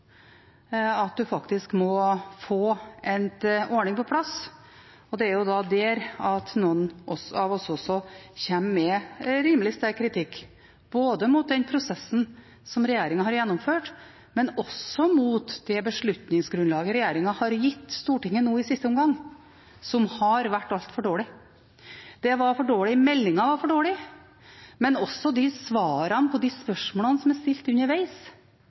der noen av oss kommer med rimelig sterk kritikk både mot den prosessen som regjeringen har gjennomført, og mot det beslutningsgrunnlaget regjeringen har gitt Stortinget nå i siste omgang, som har vært altfor dårlig. Det var for dårlig, meldingen var for dårlig, og de svarene på de spørsmålene som er stilt underveis,